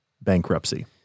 bankruptcy